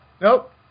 Nope